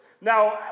Now